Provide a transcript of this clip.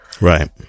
Right